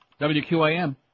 WQIM